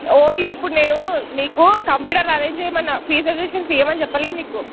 only ఇప్పుడు నేను నీకు కంప్యూటర్లు అరేంజ్ చేయమన్నా ఫ్రీ సజెషన్స్ ఇవ్వమని చెప్పలేదు నీకు